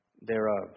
thereof